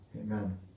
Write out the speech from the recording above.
Amen